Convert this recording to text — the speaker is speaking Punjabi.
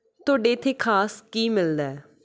ਤੁਹਾਡੇ ਇੱਥੇ ਖਾਸ ਕੀ ਮਿਲਦਾ